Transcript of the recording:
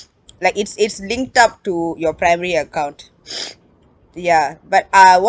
like it's it's linked up to your primary account ya but uh what